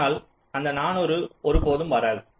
ஆனால் அந்த 400 ஒருபோதும் வராது